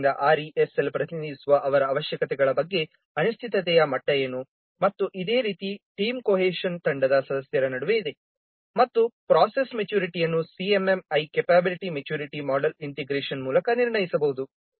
ಆದ್ದರಿಂದ RESL ಪ್ರತಿನಿಧಿಸುವ ಅವರ ಅವಶ್ಯಕತೆಗಳ ಬಗ್ಗೆ ಅನಿಶ್ಚಿತತೆಯ ಮಟ್ಟ ಏನು ಮತ್ತು ಇದೇ ರೀತಿ ಟೀಮ್ ಕೋಹೆನ್ಸನ್ ತಂಡದ ಸದಸ್ಯರ ನಡುವೆ ಇದೆ ಮತ್ತು ಪ್ರೋಸೆಸ್ ಮೆಚುರಿಟಿ ಅನ್ನು CMMI capability maturity model integration ಮೂಲಕ ನಿರ್ಣಯಿಸಬಹುದು